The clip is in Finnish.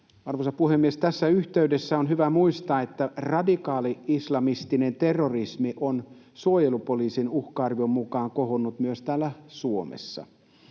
Arvoisa puhemies! Tässä yhteydessä on hyvä muistaa, että radikaali-islamistinen terrorismi on suojelupoliisin uhka-arvion mukaan kohonnut myös täällä Suomessa.